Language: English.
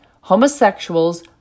homosexuals